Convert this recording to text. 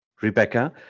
Rebecca